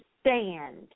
stand